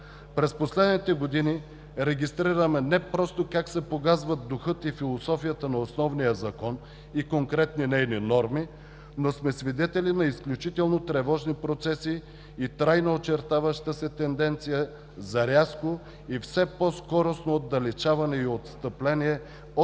През последните години регистрираме не просто как се погазват духът и философията на основния закон и конкретни нейни норми, но сме свидетели на изключително тревожни процеси и трайно очертаваща се тенденция за рязко и все по-скоростно отдалечаване и отстъпление от